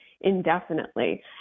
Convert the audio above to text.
indefinitely